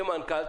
כמנכ"ל,